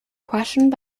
questioned